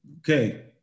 Okay